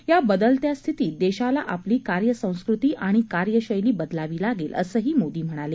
या बदलत्या स्थितीत देशाला आपली कार्यसंस्कृती आणि कार्यशैली बदलावी लागेल असंही मोदी म्हणाले